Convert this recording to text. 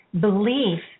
belief